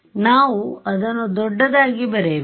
ನಾವು ಅದನ್ನು ದೊಡ್ಡದಾಗಿ ಬರೆಯಬೇಕು